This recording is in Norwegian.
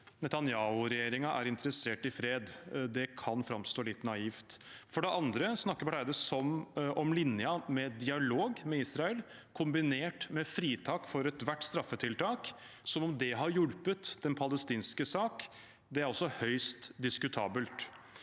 Netanyahu-regjeringen er interessert i fred. Det kan framstå litt naivt. For det andre snakker Barth Eide som om linjen med dialog med Israel, kombinert med fritak for ethvert straffetiltak, har hjulpet den palestinske sak. Det er også høyst diskutabelt.